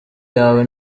yawe